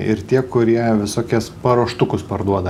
ir tie kurie visokias paruoštukus parduoda